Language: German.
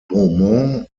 beaumont